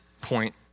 point